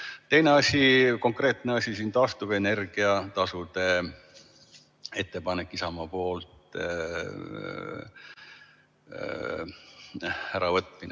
Teine asi, konkreetne asi, taastuvenergia tasu – ettepanek Isamaa poolt – äravõtmine.